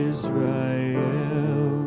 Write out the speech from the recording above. Israel